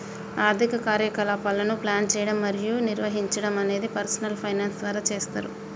ఆర్థిక కార్యకలాపాలను ప్లాన్ చేయడం మరియు నిర్వహించడం అనేది పర్సనల్ ఫైనాన్స్ ద్వారా చేస్తరు